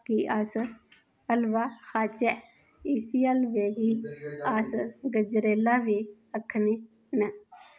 कि अस हलवा खाच्चै इस्सी हलवे गी अस गजरेल्ला बी आक्खने न